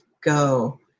go